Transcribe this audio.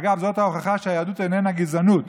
אגב, זאת ההוכחה שהיהדות איננה גזענות.